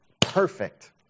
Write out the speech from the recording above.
Perfect